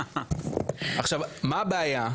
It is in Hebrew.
עכשיו מה הבעיה?